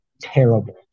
terrible